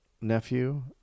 nephew